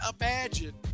imagine